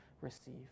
receive